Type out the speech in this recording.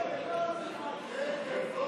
סעיף 2